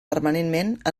permanentment